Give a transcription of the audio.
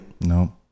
No